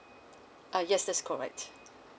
uh yes that's correct